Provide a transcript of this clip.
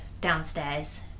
downstairs